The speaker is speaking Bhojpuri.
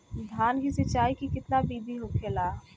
धान की सिंचाई की कितना बिदी होखेला?